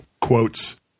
quotes